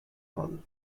all